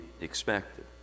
expected